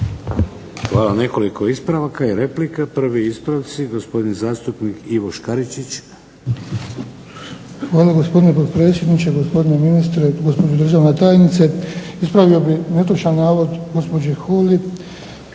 Hvala. Nekoliko ispravaka i replika. Prvi ispravci. Gospodin zastupnik Ivo Škaričić. **Škaričić, Ivan (HDZ)** Hvala, gospodine potpredsjedniče. Gospodine ministre, gospođo državna tajnice. Ispravio bih netočan navod gospođe Holy